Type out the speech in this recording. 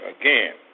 Again